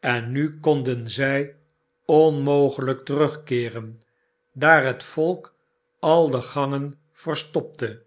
en nu konden zij onmogelijk terugkeeren daar het volk al de gangen verstopte